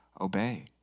obey